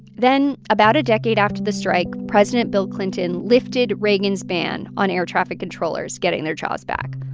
then, about a decade after the strike, president bill clinton lifted reagan's ban on air traffic controllers getting their jobs back.